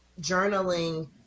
journaling